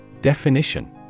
Definition